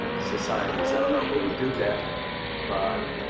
societies. i don't know who would do that but